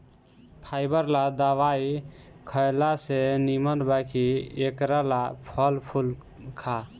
fibre ला दवाई खएला से निमन बा कि एकरा ला फल फूल खा